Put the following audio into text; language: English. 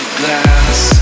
glass